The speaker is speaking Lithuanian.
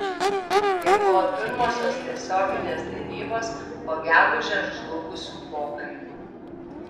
tai buvo pirmosios tiesioginės derybos po gegužę žlugusių pokalbių